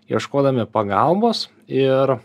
ieškodami pagalbos ir